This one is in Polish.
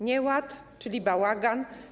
Nieład, czyli bałagan.